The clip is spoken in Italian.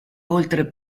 oltre